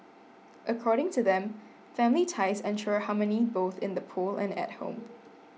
according to them family ties ensure harmony both in the pool and at home